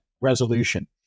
resolution